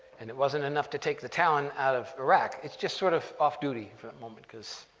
and it wasn't enough to take the talon out of iraq. it's just sort of off-duty for a moment because,